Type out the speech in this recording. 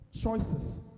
choices